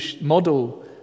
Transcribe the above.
model